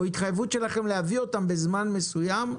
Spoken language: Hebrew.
או התחייבות שלכם להביא אותם בזמן מסוים,